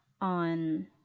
on